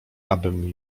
abym